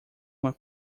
uma